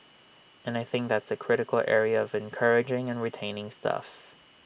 and I think that's A critical area of encouraging and retaining staff